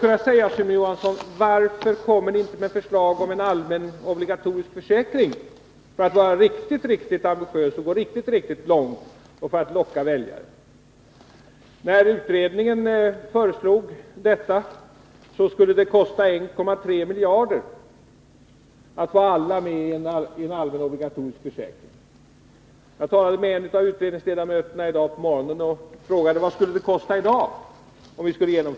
Låt mig fråga, Sune Johansson: Varför lägger ni inte fram ett förslag om en allmän obligatorisk försäkring för att vara riktigt ambitiösa, gå riktigt långt och verkligen locka väljare? När utredningen föreslog detta skulle det kosta 1,3 miljarder att få alla med i en allmän, obligatorisk försäkring. Jag talade i dag på morgonen med en av utredningsledamöterna och frågade vad det skulle kosta i dag att genomföra en sådan försäkring.